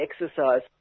exercise